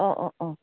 অঁ অঁ অঁ